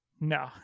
no